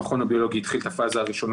המכון הביולוגי התחיל את הפאזה הראשונה